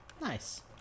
Nice